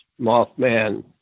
Mothman